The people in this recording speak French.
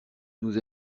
nous